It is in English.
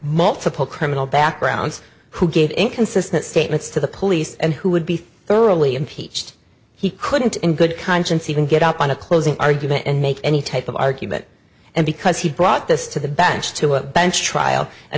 multiple criminal backgrounds who get inconsistent statements to the police and who would be thoroughly impeached he couldn't in good conscience even get up on a closing argument and make any type of argument and because he brought this to the bench to a bench trial and